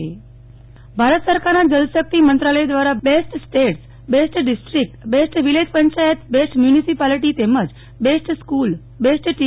Nehal Thakkar national water award Bharat સરકારના જલશક્તિ મંત્રાલય દ્વારા best states best district best village panchayat best municipality તેમજ બેસ્ટ સ્કૂલ બેસ્ટ ટી